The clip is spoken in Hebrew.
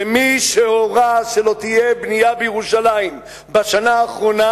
שמי שהורה שלא תהיה בנייה בירושלים בשנה האחרונה